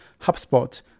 HubSpot